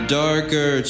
darker